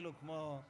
אפילו כמו תיאטרון.